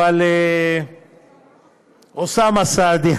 אבל אוסאמה סעדי,